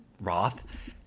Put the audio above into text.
Roth